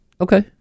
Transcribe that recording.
Okay